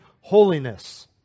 holiness